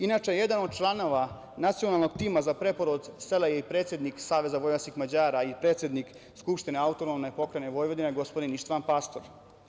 Inače, jedan od članova Nacionalnog tima za preporod sela je i predsednik Saveza vojvođanskih Mađara i predsednik Skupštine AP Vojvodine, gospodin Ištvan Pastor.